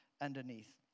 underneath